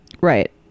right